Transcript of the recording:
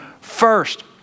first